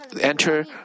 enter